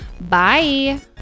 Bye